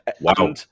Wow